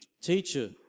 Teacher